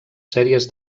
sèries